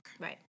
Right